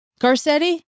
Garcetti